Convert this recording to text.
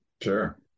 Sure